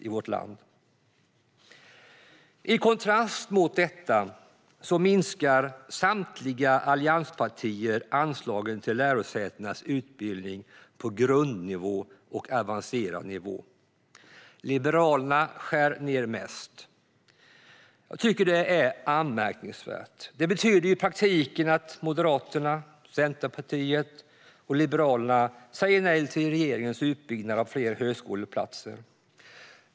I kontrast mot detta minskar samtliga allianspartier anslagen till lärosätenas utbildning på grundnivå och avancerad nivå. Liberalerna skär ned mest. Jag tycker det är anmärkningsvärt. Det betyder ju i praktiken att Moderaterna, Centerpartiet och Liberalerna säger nej till regeringens utbyggnad av fler högskoleplatser.